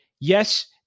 yes